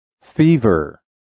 Fever